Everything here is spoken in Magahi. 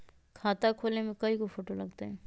खाता खोले में कइगो फ़ोटो लगतै?